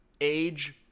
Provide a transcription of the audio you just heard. age